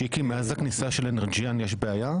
שיקי, מאז הכניסה של Energean יש בעיה?